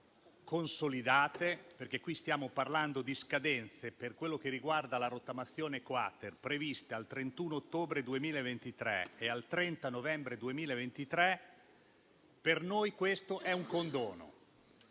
consolidate (perché quelle di cui stiamo parlando, per quello che riguarda la rottamazione-*quater*, sono previste al 31 ottobre 2023 e al 30 novembre) 2023, per noi questo è un condono.